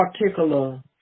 particular